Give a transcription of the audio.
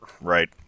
right